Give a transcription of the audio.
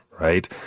Right